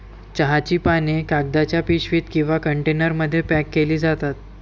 चहाची पाने कागदाच्या पिशवीत किंवा कंटेनरमध्ये पॅक केली जातात